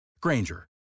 Granger